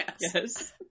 yes